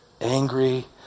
Angry